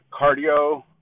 Cardio